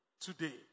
today